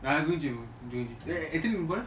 எத்தினி மணிகி போற:eathini maniki pora